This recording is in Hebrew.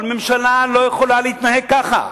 אבל ממשלה לא יכולה להתנהג ככה.